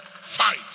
Fight